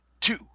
two